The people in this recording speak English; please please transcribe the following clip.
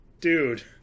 dude